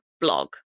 blog